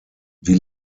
die